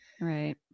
Right